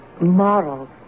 Moral